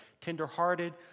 tenderhearted